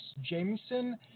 Jameson